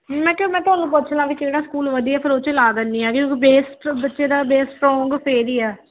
ਮੈਂ ਕਿਹਾ ਮੈਂ ਤੁਹਾਨੂੰ ਪੁੱਛਲਾ ਵੀ ਕਿਹੜਾ ਸਕੂਲ ਵਧੀਆ ਫਿਰ ਉਹ 'ਚ ਲਾ ਦਿੰਦੀ ਹੈਗੀ ਕਿਉਂਕਿ ਬੇਸ ਬੱਚੇ ਦਾ ਬੇਸ ਸਟਰੋਂਗ ਫੇਰ ਹੀ ਆ